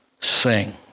sing